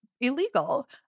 illegal